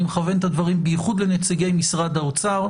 אני מכוון את הדברים בייחוד לנציגי משרד האוצר.